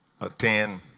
attend